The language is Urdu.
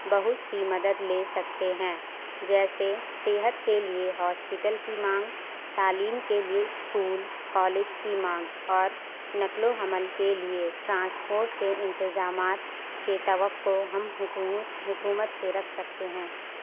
بہت سی مدد لے سکتے ہیں جیسے صحت کے لیے ہاسپٹل کی مانگ تعلیم کے لیے اسکول کالج کی مانگ اور نقل و حمل کے لیے ٹرانسپورٹ کے انتظامات کے توقع ہم حکوم حکومت سے رکھ سکتے ہیں